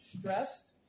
stressed